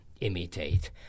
imitate